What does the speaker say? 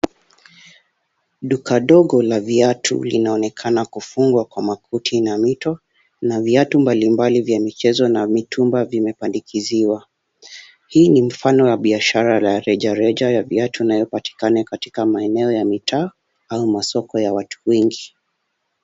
Duka ndogo la viatu linaonekana kufungwa kwa makuti na mito na viatu mbalimbali vya michezo na mitumba vimepandikiziwa. Hii ni mfano wa biashara la rejareja ya viatu inayopatikana katika maeneo ya mitaa au masoko ya watu wengi.